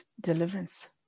deliverance